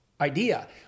idea